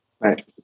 Right